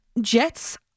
Jets